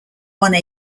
one